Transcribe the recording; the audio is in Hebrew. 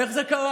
איך זה קרה?